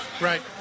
Right